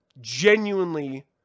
Genuinely